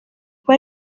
kuba